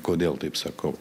kodėl taip sakau